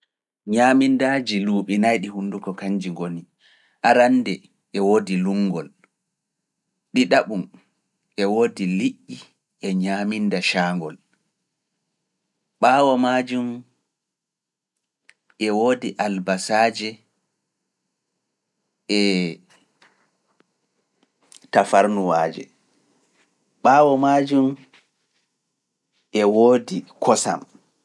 Ñaamindaaji luuɓi nayi ɗi hunduko kanji ngoni, arannde e woodi luŋngol, ɗiɗaɓum e woodi liƴƴi e ñaaminda caangol, ɓaawo majum e woodi albasaaje e tafarnuwaaje, ɓaawo majum e woodi kosam.